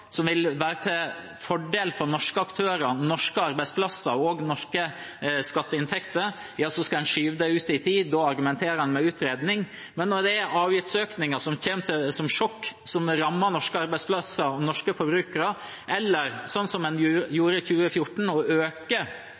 som vil være til fordel for norske aktører, norske arbeidsplasser og norske skatteinntekter, skal en skyve det ut i tid, og da argumenterer en med utredning. Men når det er snakk om avgiftsøkninger som kommer som et sjokk, og som rammer norske arbeidsplasser og norske forbrukere, eller det er snakk om, som en gjorde i 2014, å øke